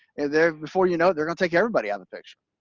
and there before you know it, they're gonna take everybody out of the picture.